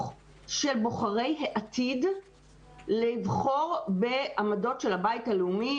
של בוחרי העתיד לבחור בעמדות של הבית הלאומי,